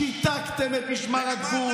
שיתקתם את משמר הגבול,